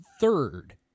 Third